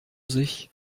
sich